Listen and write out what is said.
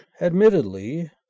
admittedly